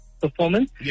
performance